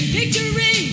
Victory